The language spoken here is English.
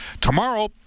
Tomorrow